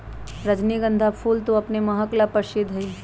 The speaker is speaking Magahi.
रजनीगंधा फूल तो अपन महक ला प्रसिद्ध हई